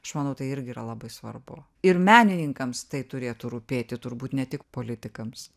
aš manau tai irgi yra labai svarbu ir menininkams tai turėtų rūpėti turbūt ne tik politikams